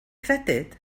credyd